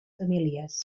famílies